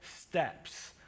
steps